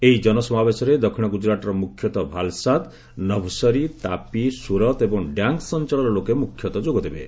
ଏହି ଜନସମାବେଶରେ ଦକ୍ଷିଣ ଗୁଳୁରାଟର ମୁଖ୍ୟତଃ ଭାଲସାଦ ନଭସରୀତାପି ସୁରତ୍ ଏବଂ ଡ୍ୟାଙ୍ଗସ୍ ଅଞ୍ଚଳର ଲୋକେ ମୁଖ୍ୟତଃ ଯୋଗଦେବେ